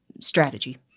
strategy